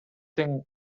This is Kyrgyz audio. тең